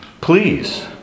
Please